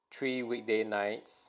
three weekday nights